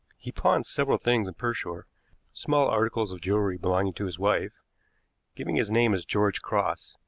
he pawned several things in pershore small articles of jewelry belonging to his wife giving his name as george cross,